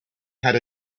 had